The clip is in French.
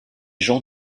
jean